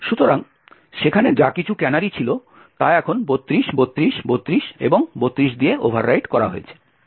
সুতরাং সেখানে যা কিছু ক্যানারি ছিল তা এখন 32 32 32 এবং 32 দিয়ে ওভাররাইট করা হয়েছে